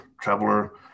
traveler